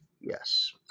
Yes